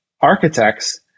architects